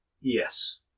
Yes